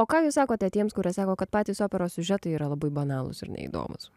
o ką jūs sakote tiems kurie sako kad patys operos siužetai yra labai banalūs ir neįdomūs